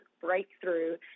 breakthrough